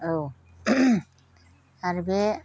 औ आरो बे